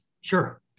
Sure